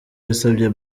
yasabye